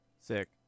Sick